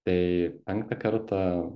tai penktą kartą